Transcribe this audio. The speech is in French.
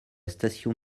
station